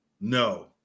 No